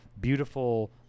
beautiful